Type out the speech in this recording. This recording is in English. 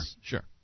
sure